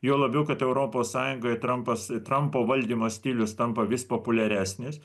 juo labiau kad europos sąjungoje trampas trampo valdymo stilius tampa vis populiaresnis